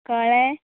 कळ्ळें